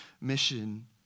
mission